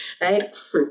right